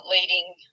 leading